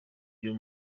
byo